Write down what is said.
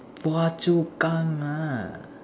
Phua-Chu-Kang ah